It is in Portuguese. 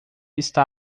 está